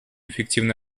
эффективно